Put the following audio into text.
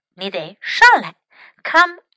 你得上来。Come